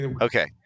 okay